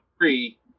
three